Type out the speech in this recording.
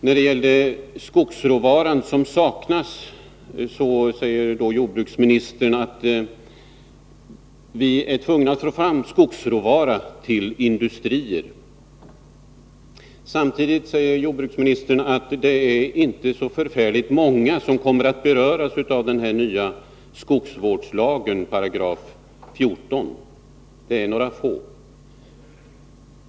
När det gäller den saknade skogsråvaran säger jordbruksministern att vi är tvungna att få fram skogsråvara till industrin. Samtidigt säger han att det inte är så förfärligt många som kommer att beröras av ändringen av § 14 i skogsvårdslagen utan bara några få.